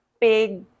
big